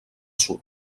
sud